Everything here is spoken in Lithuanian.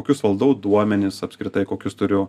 kokius valdau duomenis apskritai kokius turiu